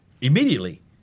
immediately